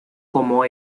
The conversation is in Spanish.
como